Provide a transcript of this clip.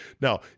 Now